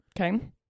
Okay